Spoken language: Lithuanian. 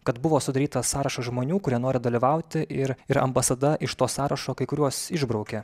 kad buvo sudarytas sąrašas žmonių kurie nori dalyvauti ir ir ambasada iš to sąrašo kai kuriuos išbraukė